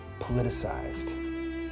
politicized